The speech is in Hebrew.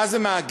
מה זה מאגד?